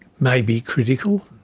may be critical.